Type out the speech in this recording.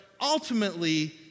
ultimately